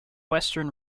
western